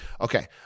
okay